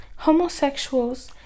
Homosexuals